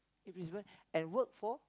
if it's and work for